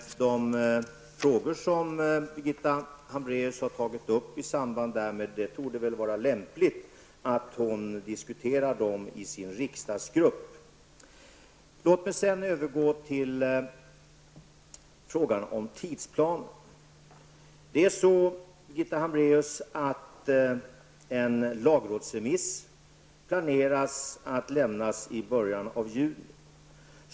De frågor som Birgitta Hambraeus har tagit upp torde det vara lämpligt att hon diskuterar i sin riksdagsgrupp. Låt mig sedan övergå till frågan om tidsplanen. Regeringen planerar att lämna en lagrådsremiss i början av juni, Birgitta Hambraeus.